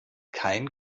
kein